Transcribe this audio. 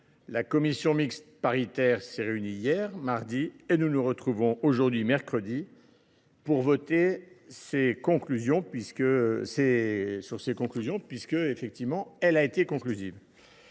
la commission mixte paritaire s’est réunie hier, mardi, et nous nous retrouvons aujourd’hui, mercredi, pour voter sur ses conclusions, puisqu’elle a été conclusive.